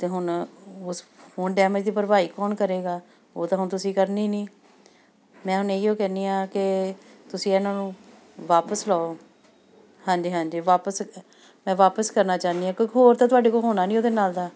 ਅਤੇ ਹੁਣ ਉਸ ਫੋਨ ਡੈਮੇਜ ਦੀ ਭਰਪਾਈ ਕੌਣ ਕਰੇਗਾ ਉਹ ਤਾਂ ਹੁਣ ਤੁਸੀਂ ਕਰਨੀ ਨਹੀਂ ਮੈਂ ਹੁਣ ਇਹੀਓ ਕਹਿੰਦੀ ਹਾਂ ਕਿ ਤੁਸੀਂ ਇਹਨਾਂ ਨੂੰ ਵਾਪਸ ਲਓ ਹਾਂਜੀ ਹਾਂਜੀ ਵਾਪਸ ਮੈਂ ਵਾਪਸ ਕਰਨਾ ਚਾਹੁੰਦੀ ਹਾਂ ਕੋਈ ਹੋਰ ਤਾਂ ਤੁਹਾਡੇ ਕੋਲ ਹੋਣਾ ਨਹੀਂ ਉਹਦੇ ਨਾਲ ਦਾ